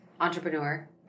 entrepreneur